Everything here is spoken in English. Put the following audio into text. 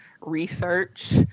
research